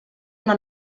una